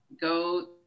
go